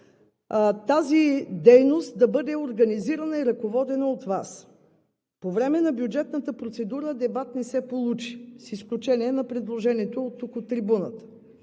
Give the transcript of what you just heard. тази дейност да бъде организирана и ръководена от Вас. По време на бюджетната процедура дебат не се получи, с изключение на предложението тук от трибуната.